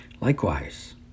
Likewise